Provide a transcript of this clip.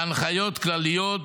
להנחיות כלליות,